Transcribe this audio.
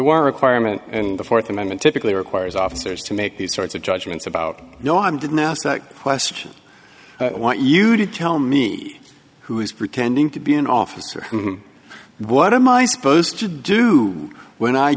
requirement in the fourth amendment typically requires officers to make these sorts of judgments about no i'm didn't ask that question i want you to tell me who is pretending to be an officer what am i supposed to do when i